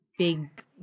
Big